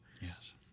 Yes